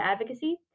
advocacy